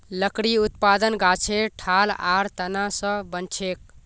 लकड़ी उत्पादन गाछेर ठाल आर तना स बनछेक